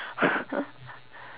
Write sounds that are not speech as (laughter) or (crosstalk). (laughs)